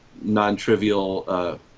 non-trivial